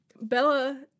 Bella